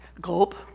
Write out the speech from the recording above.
gulp